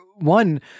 one